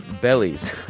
bellies